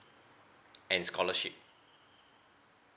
and scholarship